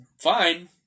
fine